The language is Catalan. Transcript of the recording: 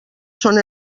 són